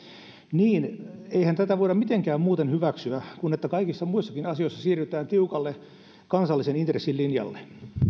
niin eihän tätä voida mitenkään muuten hyväksyä kuin että kaikissa muissakin asioissa siirrytään tiukalle kansallisen intressin linjalle